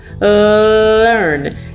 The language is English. learn